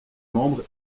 membres